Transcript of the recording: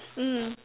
mm